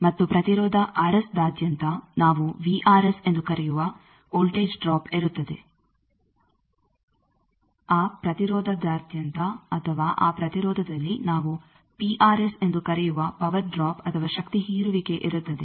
ಮತ್ತು ಪ್ರತಿರೋಧ ದಾದ್ಯಂತ ನಾವು ಎಂದು ಕರೆಯುವ ವೋಲ್ಟೇಜ್ ಡ್ರಾಪ್ ಇರುತ್ತದೆ ಆ ಪ್ರತಿರೋಧದಾದ್ಯಂತ ಅಥವಾ ಆ ಪ್ರತಿರೋಧದಲ್ಲಿ ನಾವು ಎಂದು ಕರೆಯುವ ಪವರ್ ಡ್ರಾಪ್ ಅಥವಾ ಶಕ್ತಿ ಹೀರುವಿಕೆ ಇರುತ್ತದೆ